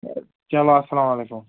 چلو اَسلامُ علیکُم